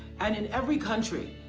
and in every country,